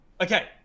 Okay